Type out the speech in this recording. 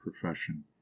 profession